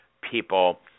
people